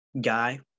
guy